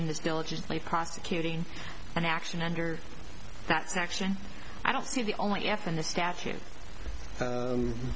this diligently prosecuting an action under that section i don't see the only